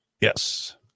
Yes